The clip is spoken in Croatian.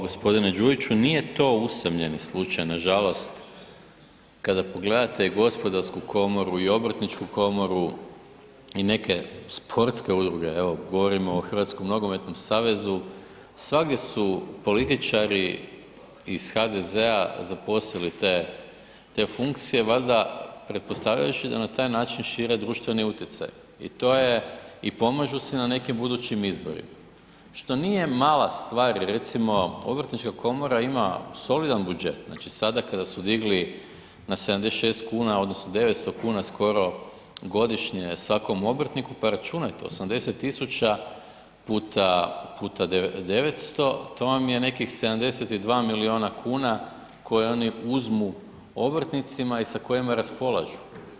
G. Đujiću, nije to usamljeni slučaj nažalost, kada pogledate Gospodarsku komoru i Obrtničku komoru i neke sportske udruge, evo govorimo o Hrvatskom nogometnom savezu, svagdje su političari iz HDZ-a zaposlili te funkcije, valjda pretpostavljajući da na taj način šire društveni utjecaj i to je i pomažu si na nekim budućim izborima što nije mala stvar jer recimo Obrtnička komora ima solidan budžet, znači sada kada su digli na 76 kn odnosno 900 kn skoro godišnje svakom obrtniku pa računajte 80 000 puta 900, to vam je nekih 72 milijuna kuna koje oni uzmu obrtnicima i sa kojima raspolažu.